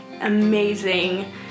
amazing